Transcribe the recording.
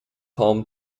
home